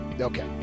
Okay